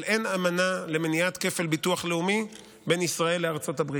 אבל אין אמנה למניעת כפל ביטוח לאומי בין ישראל לארצות הברית.